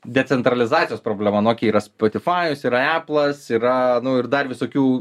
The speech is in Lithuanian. decentralizacijos problema nu okei yra spotifajus yra eplas yra nu ir dar visokių